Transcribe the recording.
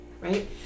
right